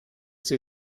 sie